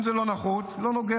אם זה לא נחוץ, לא נוגע.